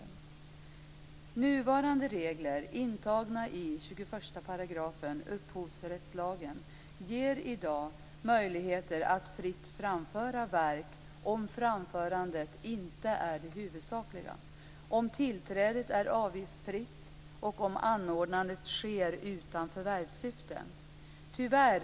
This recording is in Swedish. Nuvarande regler i upphovsrättslagen 21 § ger i dag möjligheter att fritt framföra verk, om framförandet inte är det huvudsakliga, om tillträdet är avgiftsfritt och om anordnandet sker utan förvärvssyfte.